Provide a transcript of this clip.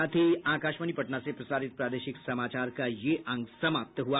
इसके साथ ही आकाशवाणी पटना से प्रसारित प्रादेशिक समाचार का ये अंक समाप्त हुआ